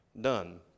Done